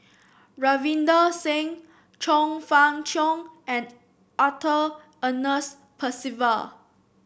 Ravinder Singh Chong Fah Cheong and Arthur Ernest Percival